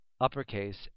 uppercase